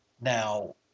Now